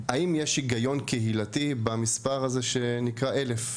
האם יש הגיון קהילתי במספר הזה שנקרא 1,000?